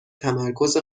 تمرکز